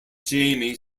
jamie